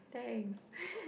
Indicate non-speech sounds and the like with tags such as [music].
thanks [laughs]